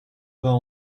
vingt